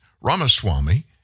Ramaswamy